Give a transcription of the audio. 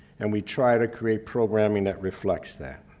and we try to create programming that reflects that.